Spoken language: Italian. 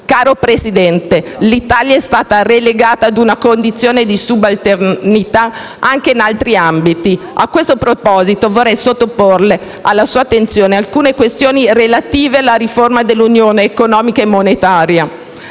Caro Presidente, l'Italia è stata relegata a una condizione di subalternità anche in altri ambiti. A questo proposito, vorrei sottoporre alla sua attenzione alcune questioni relative alla riforma dell'unione economica e monetaria,